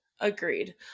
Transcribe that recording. agreed